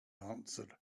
answered